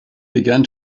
began